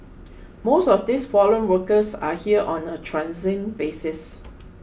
most of these foreign workers are here on a transient basis